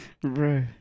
Bro